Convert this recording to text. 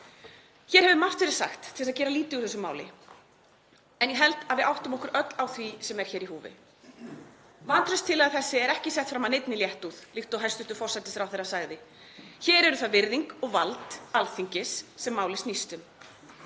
Hér hefur margt verið sagt til þess að gera lítið úr þessu máli, en ég held að við áttum okkur öll á því sem er í húfi. Vantrauststillaga þessi er ekki sett fram af neinni léttúð, líkt og hæstv. forsætisráðherra sagði. Hér er það virðing og vald Alþingis sem málið snýst um.